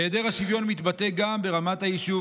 היעדר השוויון מתבטא גם ברמת היישוב,